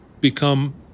become